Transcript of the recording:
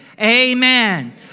Amen